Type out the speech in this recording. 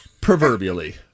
Proverbially